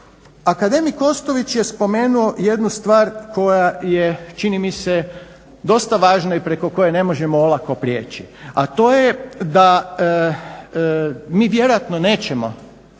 Akademik Kostović je spomenuo jednu stvar koja je čini mi se dosta važna i preko koje ne možemo olako prijeći, a to je da mi vjerojatno nećemo